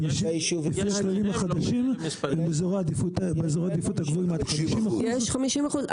לפי הכללים החדשים באזורי העדיפות הגבוהים עד --- יש 50%?